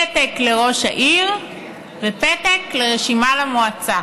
פתק לראש העיר ופתק לרשימה למועצה.